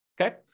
Okay